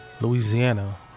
Louisiana